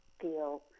feel